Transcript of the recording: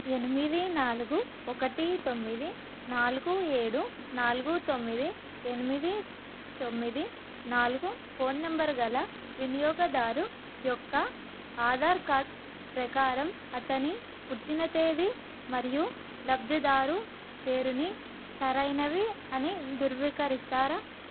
ఎనిమిది నాలుగు ఒకటి తొమ్మిది నాలుగు ఏడు నాలుగు తొమ్మిది ఎనిమిది తొమ్మిది నాలుగు ఫోన్ నంబరు గల వినియోగదారు యొక్క ఆధార్ కార్డ్ ప్రకారం అతని పుట్టిన తేది మరియు లబ్ధిదారు పేరుని సరైనవి అని ధృవీకరిస్తారా